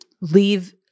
leave